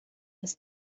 das